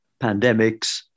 pandemics